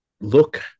look